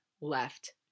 left